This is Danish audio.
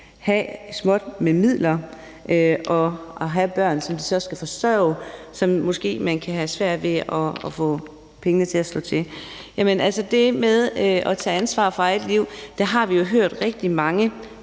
med små midler og børn, som de så skal forsørge, og der kan man måske have svært ved at få pengene til at slå til. Altså, det med at tage ansvar for eget liv har vi jo hørt rigtig mange